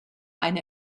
eine